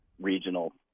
regional